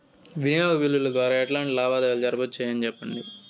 వినియోగ బిల్లుల ద్వారా ఎట్లాంటి లావాదేవీలు జరపొచ్చు, దయసేసి సెప్పండి?